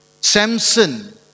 Samson